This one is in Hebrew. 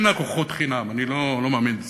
אין ארוחות חינם, אני לא מאמין בזה.